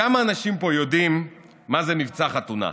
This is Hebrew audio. כמה אנשים פה יודעים מה זה "מבצע חתונה"?